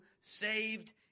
saved